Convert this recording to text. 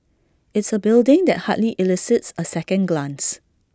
it's A building that hardly elicits A second glance